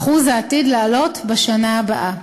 והשיעור עתיד לעלות בשנה הבאה.